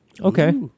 Okay